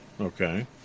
Okay